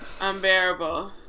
unbearable